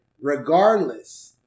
Regardless